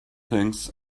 things